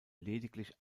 lediglich